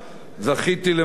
זכיתי למנותו,